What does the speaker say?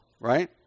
right